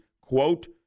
quote